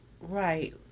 Right